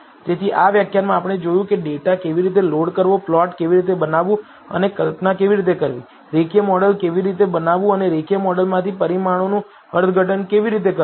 તેથી આ વ્યાખ્યાનમાં આપણે જોયું કે ડેટા કેવી રીતે લોડ કરવો પ્લોટ કેવી રીતે બનાવવું અને કલ્પના કેવી રીતે કરવી રેખીય મોડેલ કેવી રીતે બનાવવું અને રેખીય મોડેલમાંથી પરિણામોનું અર્થઘટન કેવી રીતે કરવું